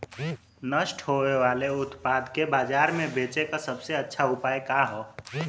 नष्ट होवे वाले उतपाद के बाजार में बेचे क सबसे अच्छा उपाय का हो?